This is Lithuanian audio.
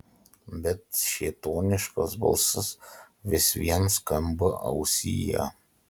bet šėtoniškas balsas vis vien skamba ausyje